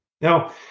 Now